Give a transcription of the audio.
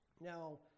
Now